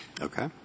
Okay